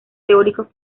teóricos